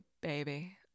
baby